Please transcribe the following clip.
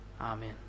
Amen